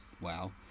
wow